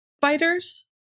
fighters